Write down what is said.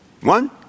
one